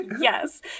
yes